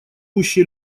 гуще